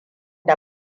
da